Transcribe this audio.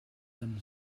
them